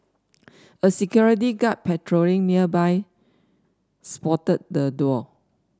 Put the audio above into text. a security guard patrolling nearby spotted the duo